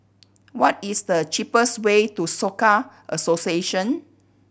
what is the cheapest way to Soka Association